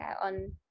on